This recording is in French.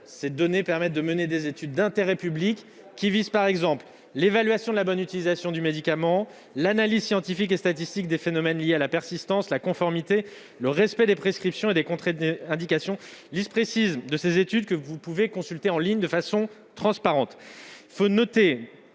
Ces données permettent de mener des études d'intérêt public, qui visent, par exemple, à l'évaluation de la bonne utilisation du médicament, l'analyse scientifique et statistique des phénomènes liés à la persistance, la conformité, le respect des prescriptions et des contre-indications. Je précise que vous pouvez consulter ces études en ligne de façon transparente.